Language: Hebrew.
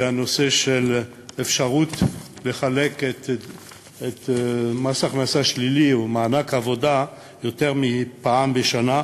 הנושא של האפשרות לחלק מס הכנסה שלילי או מענק עבודה יותר מפעם בשנה,